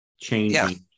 changing